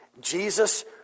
Jesus